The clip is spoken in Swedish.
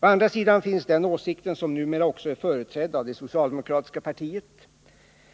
Å andra sidan finns den åsikten, som numera också är företrädd av det socialdemokratiska partiet,